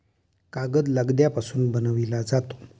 कागद लगद्यापासून बनविला जातो